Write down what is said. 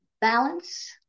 balance